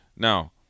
Now